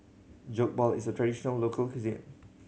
Jokbal is a traditional local cuisine